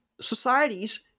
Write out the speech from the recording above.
societies